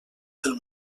del